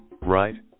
right